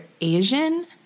Asian